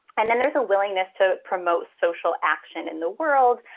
and then there's a willingness to promote social action in the world.